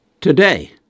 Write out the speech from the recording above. today